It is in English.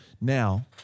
Now